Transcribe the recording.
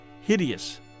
hideous